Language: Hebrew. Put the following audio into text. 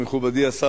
מכובדי השר,